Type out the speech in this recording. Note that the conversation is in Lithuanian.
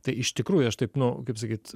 tai iš tikrųjų aš taip nu kaip sakyt